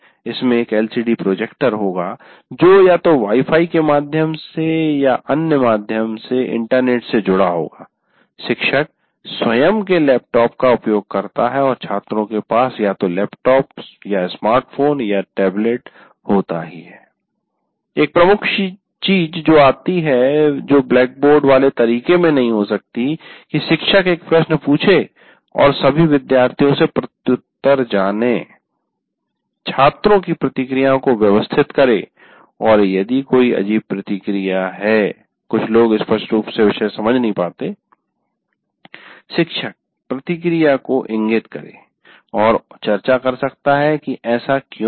इसमें एक LCD projector होगा जो या तो वाई फाई के माध्यम या अन्य माध्यम से इंटरनेट से जुड़ा होगा शिक्षक स्वयं के लैपटॉप का उपयोग करता है और छात्रों के पास या तो लैपटॉप स्मार्ट फ़ोन टैबलेट होता है एक प्रमुख चीज जो आती है जो ब्लैकबोर्ड वाले तरीके में नहीं हो सकती है कि शिक्षक एक प्रश्न पूछें और सभी विद्यार्थियों से प्रत्युत्तर जाने छात्रों की प्रतिक्रियाओं को व्यवस्थित करें और यदि कोई अजीब प्रतिक्रिया है कुछ लोग स्पष्ट रूप से विषय नहीं समझ पाते हैं शिक्षक प्रतिक्रिया को इंगित करे और चर्चा कर सकता है कि ऐसा क्यों है